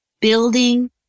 building